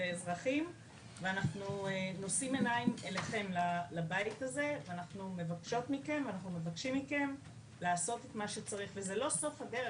ואני מזכירה לכם: זה לא סוף הדרך,